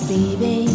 Baby